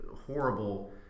horrible